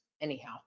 anyhow